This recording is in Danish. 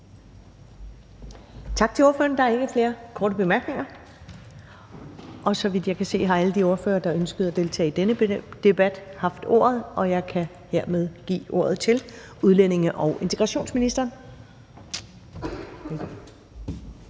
Tak til ordføreren. Der er ikke flere korte bemærkninger. Så vidt jeg kan se, har alle de ordførere, der ønskede at deltage i denne debat, haft ordet, og jeg kan hermed give ordet til udlændinge- og integrationsministeren.